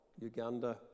Uganda